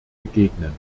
begegnen